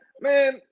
man